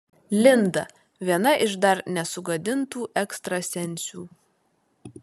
linda viena iš dar nesugadintų ekstrasensių